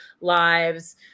lives